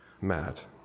Matt